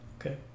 okay